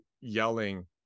yelling